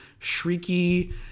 shrieky